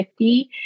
50